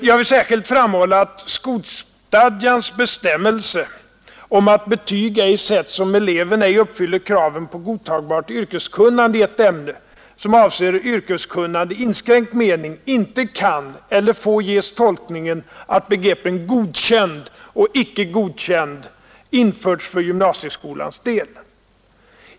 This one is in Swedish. Jag vill särskilt framhälla att skolstadgans bestämmelser om att betyg ej sätts om eleven ej uppfyller kraven på godtagbart yrkeskunnande i ett ämne som avser yrkeskunnande i inskränkt mening inte kan eller får ges tolkningen att begreppen Godkänd och Icke godkänd införts för gymnasieskolans del.